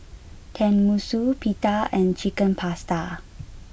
Tenmusu Pita and chicken Pasta